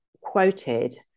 quoted